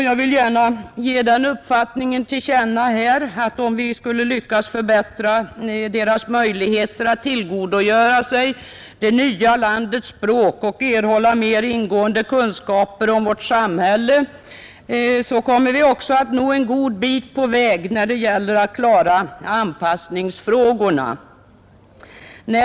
Jag vill gärna ge den uppfattningen till känna att om vi lyckas förbättra invandrarnas möjligheter att tillgodogöra sig det nya landets språk och erhålla mer ingående kunskaper om vårt samhälle, kommer vi att nå en god bit på väg när det gäller att klara anpassningsfrågorna.